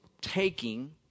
taking